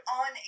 on